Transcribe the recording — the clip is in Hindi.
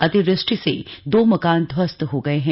अतिवृष्टि से दो मकान ध्वस्त हो गए हैं